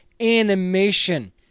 animation